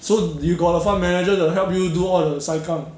so do~ you got a fund manager to help you do all the sai kang